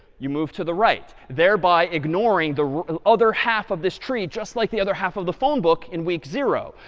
you move to the right, thereby ignoring the other half of this tree, just like the other half of the phone book in week zero.